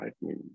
right